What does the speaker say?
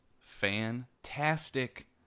fantastic